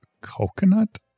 Coconut